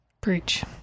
Preach